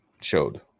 showed